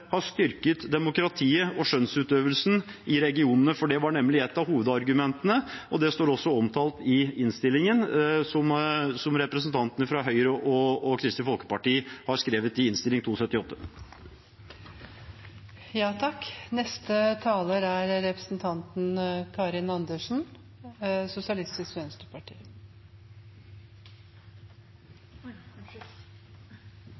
har styrket demokratiet og skjønnsutøvelsen i regionene. Det var nemlig et av hovedargumentene, og det står også omtalt i innstillingen. Representantene fra Høyre og Kristelig Folkeparti har skrevet det i